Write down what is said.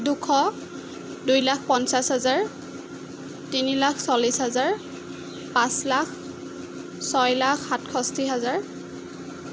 দুশ দুই লাখ পঞ্চাছ হাজাৰ তিনি লাখ চল্লিছ হাজাৰ পাঁচ লাখ ছয় লাখ সাতষষ্টি হাজাৰ